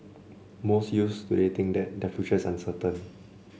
most youths today think that their future is uncertain